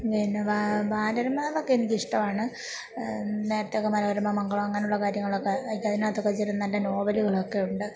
പിന്നെ ബാ ബാലരമ എന്നൊക്കെ എനിക്കിഷ്ടവാണ് നേരത്തെ ഒക്കെ മനോരമ മംഗളം അങ്ങനെ ഉള്ള കാര്യങ്ങളൊക്കെ എനിക്ക് അതിനകത്തൊക്കെ ചെറിയ നല്ല നോവലുകളക്കെയുണ്ട്